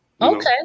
Okay